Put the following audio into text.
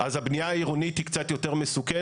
אז הבנייה העירונית היא קצת יותר מסוכנת.